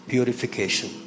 Purification